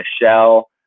Michelle